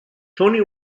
tony